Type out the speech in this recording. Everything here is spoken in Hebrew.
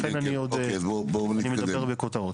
לכן אני עוד מדבר בכותרות.